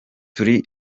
turi